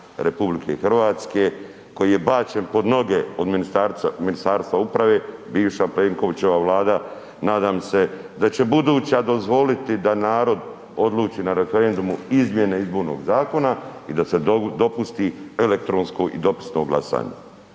RH koji je bačen pod noge od Ministarstva uprave, bivša Plenkovićeva Vlada nadam se da će buduća dozvoliti da narod odluči na referendumu izmjene izbornog zakona i da se dopusti elektronsko i dopisno glasanje,